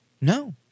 No